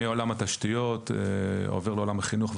מעולם התשתיות עובר לעולם החינוך,